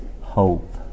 hope